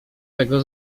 tego